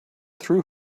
threw